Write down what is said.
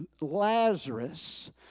Lazarus